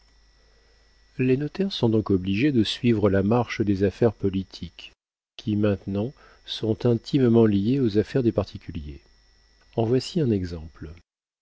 les notaires sont donc obligés de suivre la marche des affaires politiques qui maintenant sont intimement liées aux affaires des particuliers en voici un exemple